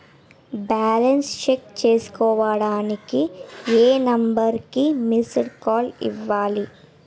Balance check చేసుకోవటానికి ఏ number కి మిస్డ్ కాల్ ఇవ్వాలి?